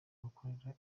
bakorera